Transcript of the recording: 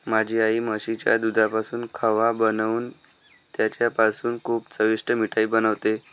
माझी आई म्हशीच्या दुधापासून खवा बनवून त्याच्यापासून खूप चविष्ट मिठाई बनवते